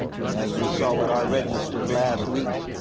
but as we saw with our registers last week,